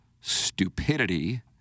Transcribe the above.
stupidity